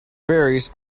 berries